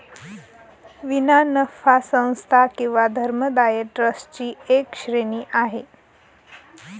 विना नफा संस्था किंवा धर्मदाय ट्रस्ट ची एक श्रेणी आहे